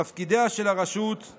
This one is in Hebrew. תפקידיה של הרשות הם